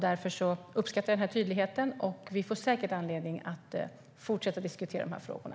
Därför uppskattar jag tydligheten i svaret. Vi får säkert anledning att fortsätta att diskutera de här frågorna.